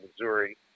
Missouri